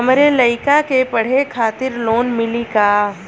हमरे लयिका के पढ़े खातिर लोन मिलि का?